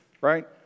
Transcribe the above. right